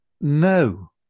No